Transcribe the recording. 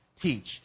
teach